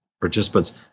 participants